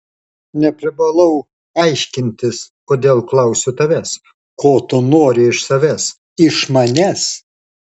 neprivalau aiškintis kodėl klausiu tavęs ko tu nori iš savęs iš manęs